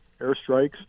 airstrikes